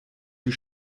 die